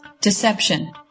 Deception